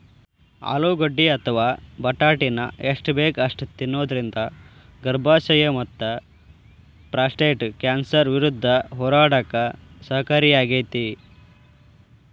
ಆಲೂಗಡ್ಡಿ ಅಥವಾ ಬಟಾಟಿನ ಎಷ್ಟ ಬೇಕ ಅಷ್ಟ ತಿನ್ನೋದರಿಂದ ಗರ್ಭಾಶಯ ಮತ್ತಪ್ರಾಸ್ಟೇಟ್ ಕ್ಯಾನ್ಸರ್ ವಿರುದ್ಧ ಹೋರಾಡಕ ಸಹಕಾರಿಯಾಗ್ಯಾತಿ